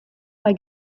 bei